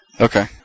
Okay